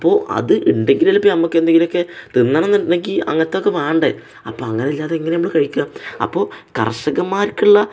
അപ്പോള് അതുണ്ടെങ്കിലല്ലെ ഇപ്പോള് നമുക്കെന്തെങ്കിലുമൊക്കെ തിന്നണമെന്നുണ്ടെങ്കില് അങ്ങനത്തെയൊക്കെ വേണ്ടേ അപ്പോള് അങ്ങനെയില്ലാതെ എങ്ങനെയാണ് നമ്മള് കഴിക്കുക അപ്പോള് കർഷകന്മാർക്കുള്ള